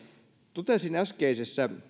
totesin äskeisessä